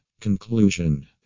Conclusion